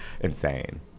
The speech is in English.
insane